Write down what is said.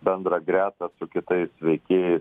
bendrą gretą su kitais veikėjais